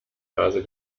nase